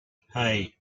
hey